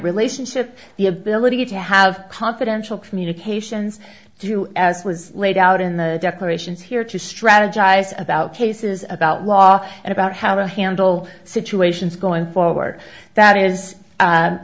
relationship the ability to have confidential communications to you as was laid out in the declarations here to strategize about cases about walk and about how to handle situations going forward that is